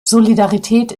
solidarität